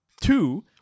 Two